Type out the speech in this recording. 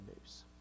news